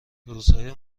روزهای